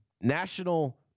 National